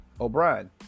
O'Brien